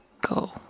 go